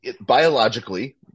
biologically